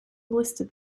listed